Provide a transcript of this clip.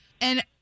And-